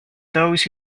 those